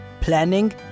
planning